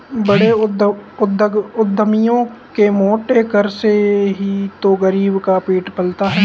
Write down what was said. बड़े उद्यमियों के मोटे कर से ही तो गरीब का पेट पलता है